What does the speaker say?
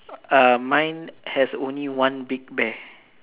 uh mine has only one big bear